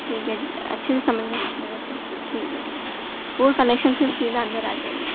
ٹھیک ہے اچھے سے سمجھ لینا لوکیشن ٹھیک ٹھیک ہے اور کلیکشن سے سیدھا اندر آ جائیے